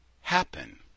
happen